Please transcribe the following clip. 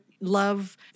love